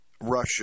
Russia